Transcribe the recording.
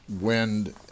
wind